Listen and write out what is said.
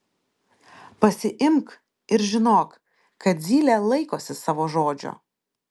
pasiimk ir žinok kad zylė laikosi savo žodžio